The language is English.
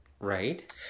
Right